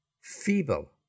Feeble